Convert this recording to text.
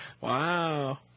Wow